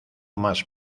más